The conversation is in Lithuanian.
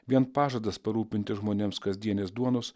vien pažadas parūpinti žmonėms kasdienės duonos